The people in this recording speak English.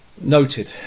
Noted